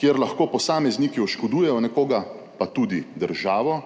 kjer lahko posamezniki oškodujejo nekoga, pa tudi državo,